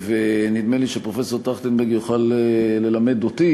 נדמה לי שפרופסור טרכטנברג יוכל ללמד אותי